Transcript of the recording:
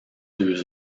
deux